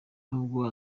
nubwo